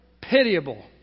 pitiable